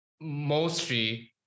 mostly